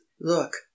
look